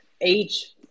age